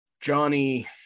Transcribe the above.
johnny